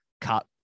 cut